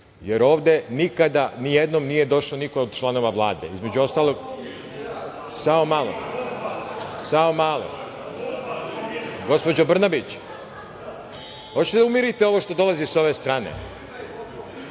jer ovde nikada nijednom nije došao niko od članova Vlade, između ostalog... Samo malo, samo malo. Gospođo Brnabić, hoćete li da umirite ovo što dolazi sa ove strane? Dakle,